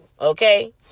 okay